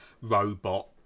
robot